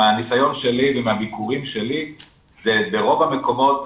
מהניסיון שלי ומהביקורים שלי זה ברוב המקומות,